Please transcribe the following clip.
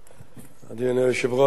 אדוני היושב-ראש, חברי הכנסת,